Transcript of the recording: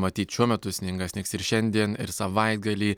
matyt šiuo metu sninga snigs ir šiandien ir savaitgalį